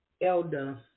Elder